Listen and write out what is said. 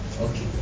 okay